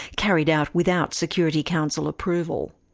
carried out without security council approval.